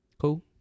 Cool